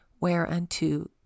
whereunto